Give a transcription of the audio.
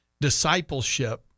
discipleship